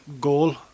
goal